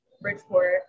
Bridgeport